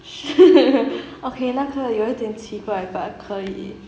okay 那个有点奇怪 but 可以